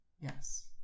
Yes